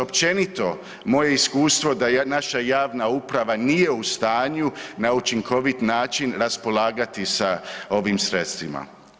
Općenito moje je iskustvo da naša javna uprava nije u stanju na učinkovit način raspolagati sa ovim sredstvima.